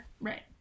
Right